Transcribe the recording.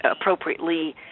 appropriately